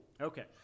Okay